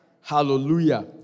Hallelujah